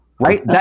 Right